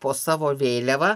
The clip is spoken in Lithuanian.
po savo vėliava